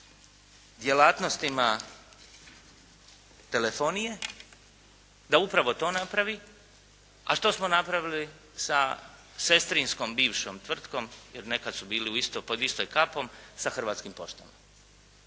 u djelatnostima telefonije da upravo to napravi, a što smo napravili sa sestrinskom bivšom tvrtkom, jer nekada su bili pod istom kapom, sa hrvatskim poštama.